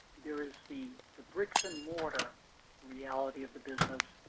there is the the bricks and mortar reality of the business,